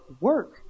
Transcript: work